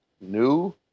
new